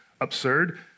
absurd